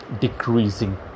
decreasing